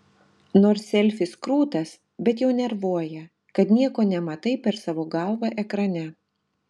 nors selfis krūtas bet jau nervuoja kad nieko nematai per savo galvą ekrane